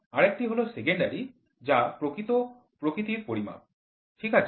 আরেকটি হল সেকেন্ডারি যা প্রত্যক্ষ প্রকৃতির পরিমাপ ঠিক আছে